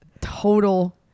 total